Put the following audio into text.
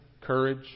courage